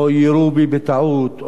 או יירו בי בטעות.